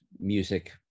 music